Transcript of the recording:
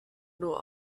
nur